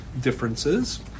differences